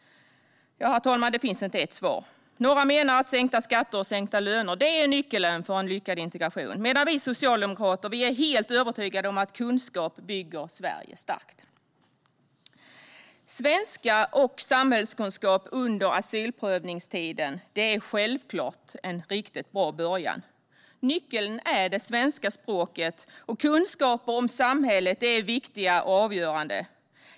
Herr talman! Det finns inte ett svar. Några menar att sänkta skatter och sänkta löner är nyckeln till en lyckad integration, medan vi socialdemokrater är helt övertygade om att kunskap bygger Sverige starkt. Svenska och samhällskunskap under asylprövningstiden är självfallet en bra början. Nyckeln är det svenska språket, och kunskaper om samhället är viktiga och avgörande.